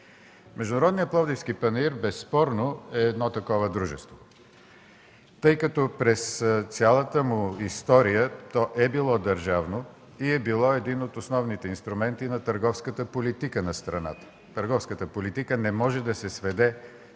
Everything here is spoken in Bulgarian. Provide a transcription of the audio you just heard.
Международният пловдивски панаир безспорно е едно такова дружество, тъй като през цялата му история то е било държавно и е било един от основните инструменти на търговската политика на страната. Търговската политика не може да се сведе